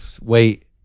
wait